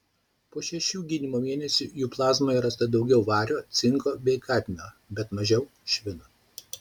po šešių gydymo mėnesių jų plazmoje rasta daugiau vario cinko bei kadmio bet mažiau švino